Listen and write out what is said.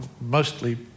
mostly